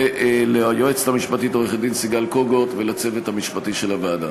ליועצת המשפטית סיגל קוגוט ולצוות המשפטי של הוועדה.